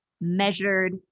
measured